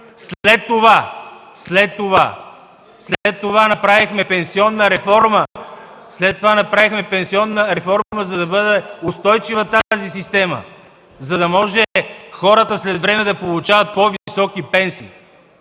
След това направихме пенсионна реформа, за да бъде устойчива тази система, за да могат хората след време да получават по-високи пенсии.